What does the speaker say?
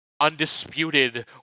undisputed